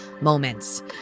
moments